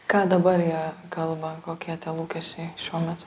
ką dabar jie kalba kokie tie lūkesčiai šiuo metu